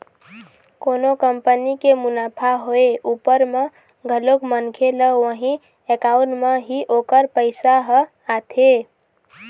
कोनो कंपनी के मुनाफा होय उपर म घलोक मनखे ल उही अकाउंट म ही ओखर पइसा ह आथे